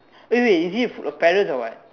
wait wait is it a food a parrot or what